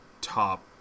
top